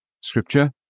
Scripture